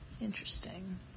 interesting